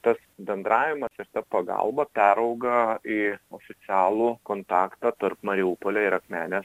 tas bendravimas ir ta pagalba perauga į oficialų kontaktą tarp mariupolio ir akmenės